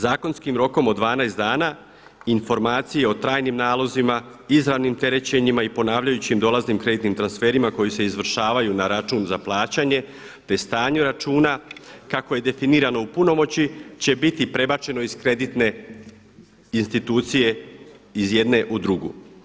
Zakonskim rokom od 12 dana, informacije o trajnim nalazima, izravnim terećenjima i ponavljajućim dolaznim kreditnim transferima koji se izvršavaju na račun za plaćanje, te stanju računa kako je definirano u punomoći će biti prebačeno iz kreditne institucije iz jedne u drugu.